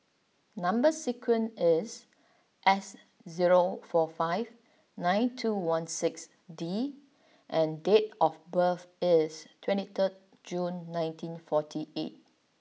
number sequence is S zero four five nine two one six D and date of birth is twenty three June nineteen forty eight